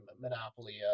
monopoly